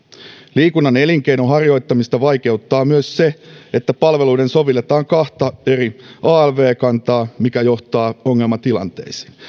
liikunnan elinkeinonharjoittamista vaikeuttaa myös se että palveluihin sovelletaan kahta eri alv kantaa mikä johtaa ongelmatilanteisiin